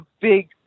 big